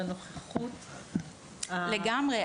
לגמרי,